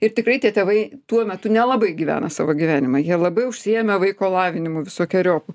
ir tikrai tie tėvai tuo metu nelabai gyvena savo gyvenimą jie labai užsiėmę vaiko lavinimu visokeriopu